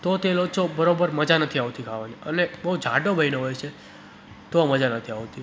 તો તે લોચો બરાબર મજા નથી આવતી ખાવાની અને બહુ જાડો બન્યો હોય છે તો મજા નથી આવતી